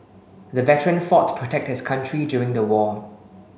the veteran fought to protect his country during the war